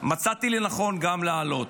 מצאתי לנכון להעלות.